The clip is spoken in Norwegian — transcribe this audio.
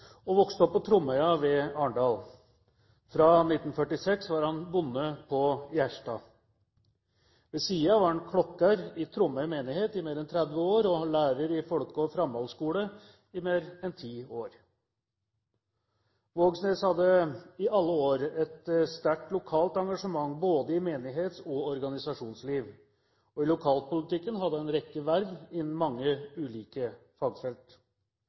og vokste opp på Tromøya ved Arendal. Fra 1946 var han bonde i Gjerstad. Ved siden av var han klokker i Tromøy menighet i mer enn 30 år og lærer i folke- og framhaldsskolen i mer enn ti år. Vågsnes hadde i alle år et sterkt lokalt engasjement i både menighetsliv og organisasjonsliv, og i lokalpolitikken hadde han en rekke verv innenfor mange ulike fagfelt.